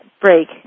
break